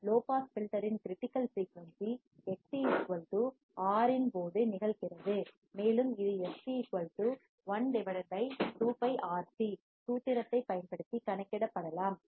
low pass filter இன் critical frequency Xc R இன் போது நிகழ்கிறது மேலும் இது fc 1 2 Π RC சூத்திரத்தைப் பயன்படுத்தி கணக்கிடப்படலாம்